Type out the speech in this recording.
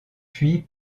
puis